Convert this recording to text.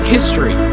History